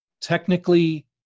technically